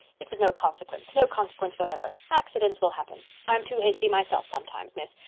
it's of no consequence. no consequence whatever. accidents will happen i'm too hasty myself sometimes, miss.